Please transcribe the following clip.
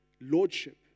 Lordship